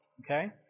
Okay